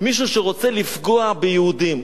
מישהו שרוצה לפגוע ביהודים,